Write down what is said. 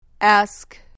Ask